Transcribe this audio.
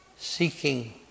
seeking